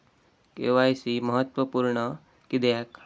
KYC महत्त्वपुर्ण किद्याक?